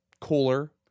Cooler